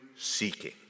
seeking